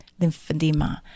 lymphedema